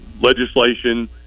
legislation